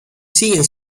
siguen